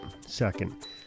second